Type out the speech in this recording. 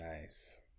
nice